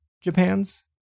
Japan's